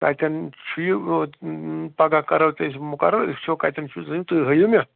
تَتٮ۪ن چھُ یہِ پگاہ کرو تہِ أسۍ مُقرر أسۍ وٕچھو کَتٮ۪ن چھُ زٔمیٖن تُہۍ ہٲیِو مےٚ